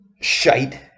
shite